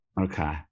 Okay